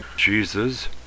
Jesus